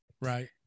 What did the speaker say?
Right